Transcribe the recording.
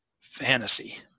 Fantasy